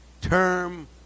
term